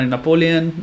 Napoleon